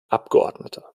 abgeordneter